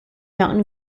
mountain